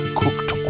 cooked